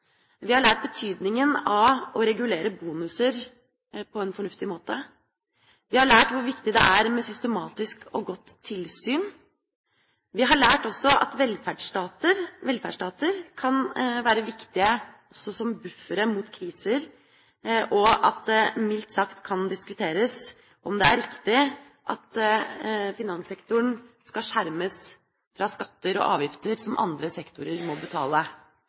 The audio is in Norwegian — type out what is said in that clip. Vi har lært betydningen av å regulere bonuser på en fornuftig måte. Vi har lært hvor viktig det er med systematisk og godt tilsyn. Vi har lært at velferdsstater kan være viktige også som buffere mot kriser, og at det mildt sagt kan diskuteres om det er riktig at finanssektoren skal skjermes for skatter og avgifter som andre sektorer må betale.